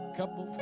couple